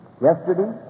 Yesterday